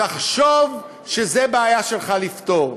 תחשוב שזו בעיה שלך לפתור.